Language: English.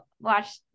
watch